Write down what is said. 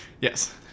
Yes